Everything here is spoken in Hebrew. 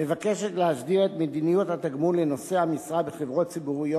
מבקשת להסדיר את מדיניות התגמול לנושאי המשרה בחברות ציבוריות